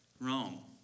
wrong